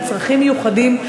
עם צרכים מיוחדים,